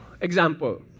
example